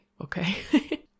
okay